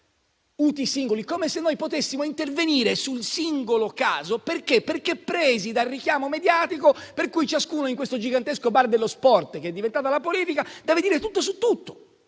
come se noi potessimo intervenire sul singolo caso perché presi dal richiamo mediatico per cui ciascuno, in questo gigantesco bar dello sport che è diventato la politica, deve dire tutto su tutto.